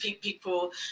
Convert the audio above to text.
People